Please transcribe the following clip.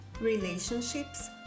relationships